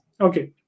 Okay